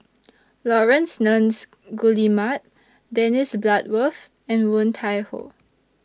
Laurence Nunns Guillemard Dennis Bloodworth and Woon Tai Ho